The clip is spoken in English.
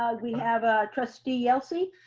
we have ah trustee yelsey.